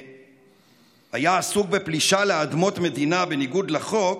היה עסוק בפלישה לאדמות מדינה בניגוד לחוק,